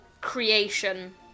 creation